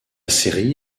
série